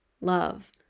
love